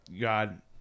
God